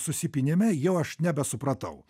susipynime jau aš nebesupratau